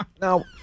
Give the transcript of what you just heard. Now